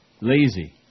Lazy